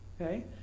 okay